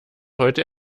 heute